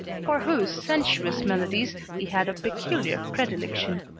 for whose sensuous melodies he had a peculiar predilection.